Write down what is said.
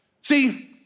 See